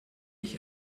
ich